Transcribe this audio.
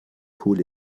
cool